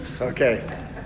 okay